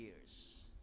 years